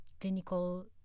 clinical